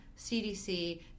CDC